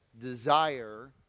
desire